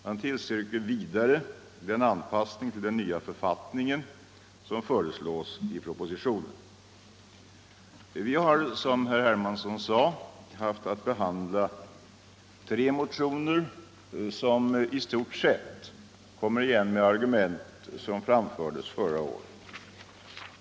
Man tillstyrker vidare den anpassning till den nya författningen som föreslås i propositionen. Vi har, som herr Hermansson sade, haft att behandla tre motioner som i stort sett kommer igen med argument som framfördes förra året.